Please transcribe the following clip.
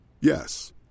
Yes